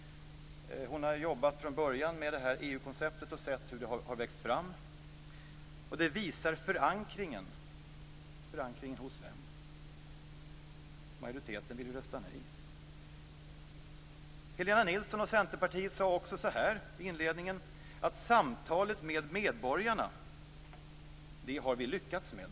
Hon har jobbat från början med EU-konceptet och har sett hur det växt fram. Det skulle visa på förankring. Hos vem? En majoritet vill ju rösta nej. Helena Nilsson, och Centerpartiet, sade också inledningsvis: Samtalet med medborgarna har vi lyckats med.